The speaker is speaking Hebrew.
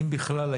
אם בכלל,